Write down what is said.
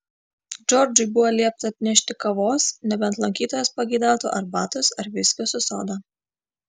džordžui buvo liepta atnešti kavos nebent lankytojas pageidautų arbatos ar viskio su soda